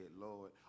Lord